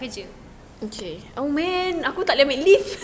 oh man aku takde make leave